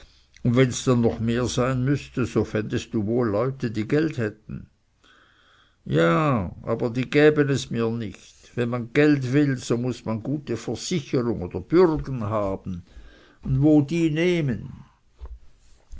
und wenns dann noch mehr sein müßte so fändest du wohl leute die geld hätten ja aber die gäben mir es nicht wenn man geld will so muß man gute versicherung oder bürgen haben und wo die nehmen